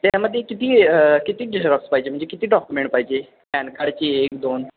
त्यामध्ये किती किती झेरॉक्स पाहिजे म्हणजे किती डॉक्युमेंट पाहिजे पॅन कार्डची एक दोन